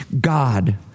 God